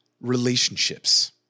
relationships